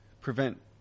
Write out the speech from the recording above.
prevent